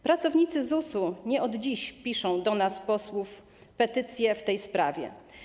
Pracownicy ZUS-u nie od dziś piszą do nas, posłów, petycje w tej sprawie.